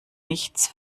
nichts